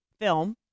film